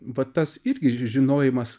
vat tas irgi žinojimas